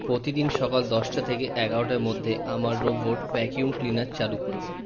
প্রতিদিন সকাল দশটা থেকে এগারোটার মধ্যে আমার রোবট ভ্যাক্যুম ক্লিনার চালু করবে